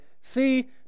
See